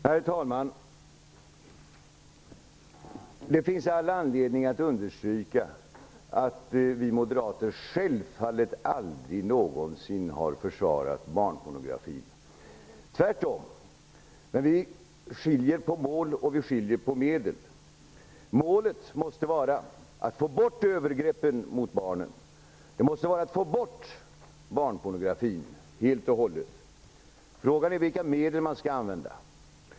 Herr talman! Det finns all anledning att understryka att vi moderater självfallet aldrig någonsin har försvarat barnpornografi, tvärtom. Men vi skiljer på mål och medel. Målet måste vara att få bort övergreppen mot barnen, att få bort barnpornografin helt och hållet. Frågan är vilka medel man skall använda.